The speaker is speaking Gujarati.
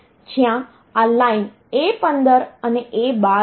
જ્યાં આ લાઈન A15 અને A12 છે